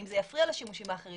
האם זה יפריע לשימושים האחרים?